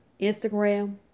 Instagram